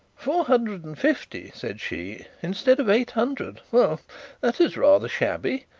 four hundred and fifty said she, instead of eight hundred! well that is rather shabby.